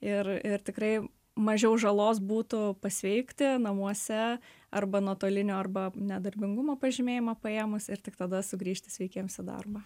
ir ir tikrai mažiau žalos būtų pasveikti namuose arba nuotoliniu arba nedarbingumo pažymėjimą paėmus ir tik tada sugrįžti sveikiems į darbą